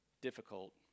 difficult